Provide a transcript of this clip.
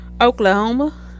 oklahoma